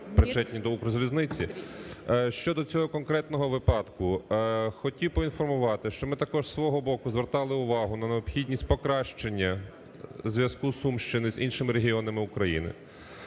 Щодо цього конкретного випадку. Хотів проінформувати, що ми також зі свого боку звертали увагу на необхідність покращення зв'язку Сумщини з іншими регіонами України.